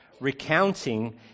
recounting